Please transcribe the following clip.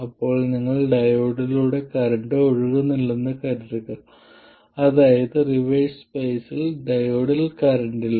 അപ്പോൾ നിങ്ങൾ ഡയോഡിലൂടെ കറന്റ് ഒഴുകുന്നില്ലെന്ന് കരുതുക അതായത് റിവേഴ്സ് ബയസിൽ ഡയോഡിൽ കറന്റ് ഇല്ല